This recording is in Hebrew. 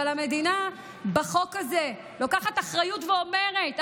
אבל המדינה בחוק הזה לוקחת אחריות ואומרת: